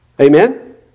Amen